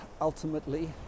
ultimately